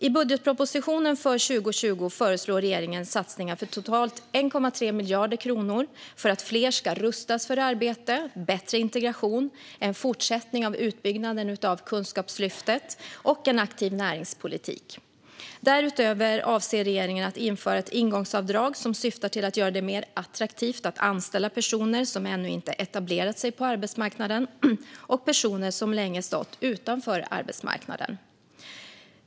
I budgetpropositionen för 2020 föreslår regeringen satsningar för totalt 1,3 miljarder kronor för att fler ska rustas för arbete och för bättre integration, en fortsättning av utbyggnaden av Kunskapslyftet och en aktiv näringspolitik. Därutöver avser regeringen att införa ett ingångsavdrag som syftar till att göra det mer attraktivt att anställa personer som ännu inte etablerat sig på arbetsmarknaden och personer som länge stått utanför arbetsmarknaden.